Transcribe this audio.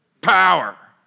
power